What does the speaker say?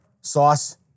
sauce